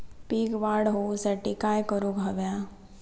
पीक वाढ होऊसाठी काय करूक हव्या?